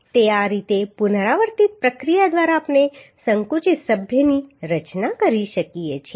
તો આ રીતે પુનરાવર્તિત પ્રક્રિયા દ્વારા આપણે સંકુચિત સભ્યની રચના કરી શકીએ છીએ